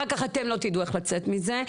אחר כך אתם לא תדעו איך לצאת מזה.